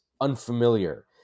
unfamiliar